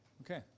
Okay